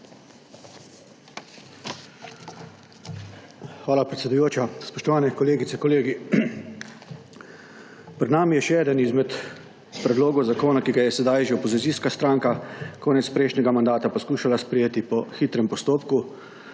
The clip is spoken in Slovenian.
Hvala, predsedujoča. Spoštovane kolegice, kolegi! Pred nami je še eden izmed predlogov zakona, ki ga je sedaj že opozicijska stranka konec prejšnjega mandata poskušala sprejeti po hitrem postopku,